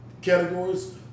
categories